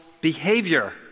behavior